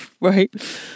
right